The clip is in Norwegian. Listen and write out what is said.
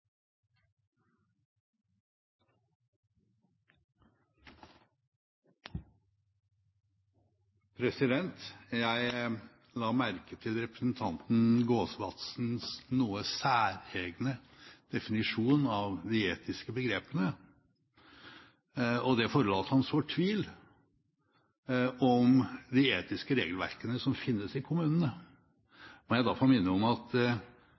noe særegne definisjon av de etiske begrepene, og det forholdet at han sår tvil om de etiske regelverkene som finnes i kommunene. Må jeg da få minne om at